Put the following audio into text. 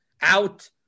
out